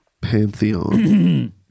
pantheon